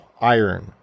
iron